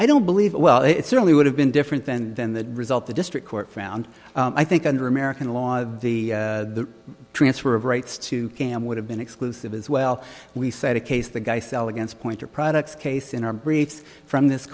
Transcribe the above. i don't believe well it certainly would have been different and then the result the district court found i think under american law of the transfer of rights to cam would have been exclusive as well we said a case the guy sell against pointer products case in our briefs from this